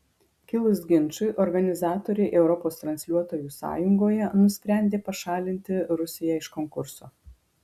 kilus ginčui organizatoriai europos transliuotojų sąjungoje nusprendė pašalinti rusiją iš konkurso